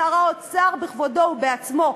עם שר האוצר בכבודו ובעצמו,